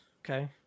Okay